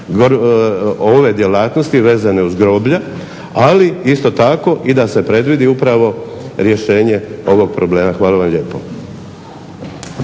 ove djelatnosti vezane uz groblja, ali isto tako i da se predvidi upravo rješenje ovog problema. Hvala vam lijepo.